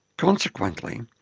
consequently,